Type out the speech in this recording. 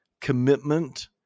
commitment